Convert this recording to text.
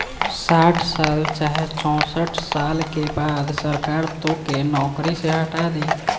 साठ साल चाहे चौसठ साल के बाद सरकार तोके नौकरी से हटा दी